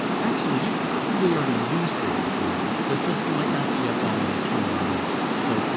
actually, you probably already use figurative language, but just might not be up on the terminology. so,